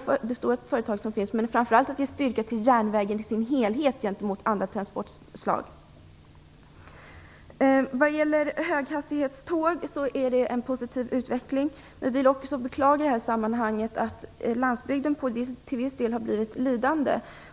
men man måste framför allt ge styrka till järnvägen i sin helhet gentemot andra transportslag. Utvecklingen för höghastighetståg är positiv. Men vi vill i detta sammanhang också beklaga att landsbygden till viss del har blivit lidande.